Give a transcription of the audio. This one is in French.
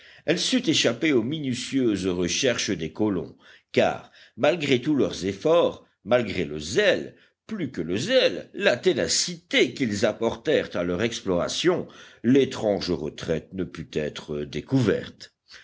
elle sut échapper aux minutieuses recherches des colons car malgré tous leurs efforts malgré le zèle plus que le zèle la ténacité qu'ils apportèrent à leur exploration l'étrange retraite ne put être découverte